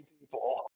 people